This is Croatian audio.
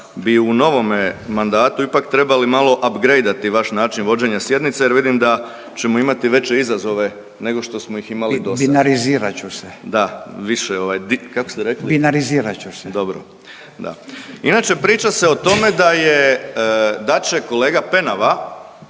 bi u novome mandatu ipak trebali malo apgrejdati vaš način vođenja sjednice jer vidim da ćemo imati veće izazove nego što smo ih imali do sada …/Upadica Radin: Binarizirat ću se./… da više. Kako ste rekli? …/Upadica Radin: Binarizirat ću se./… Dobro, da. Inače priča se o tome da je da će kolega Penava